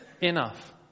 enough